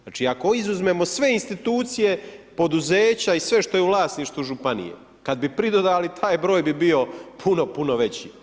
Znači, ako izuzmemo sve institucije, poduzeća i sve što je u vlasništvu županije kada bi pridodali taj broj bi bio puno, puno veći.